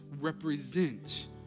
represent